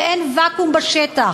ואין ואקום בשטח.